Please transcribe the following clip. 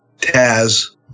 Taz